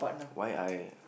why I